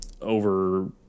over